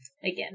again